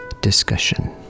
discussion